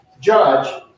judge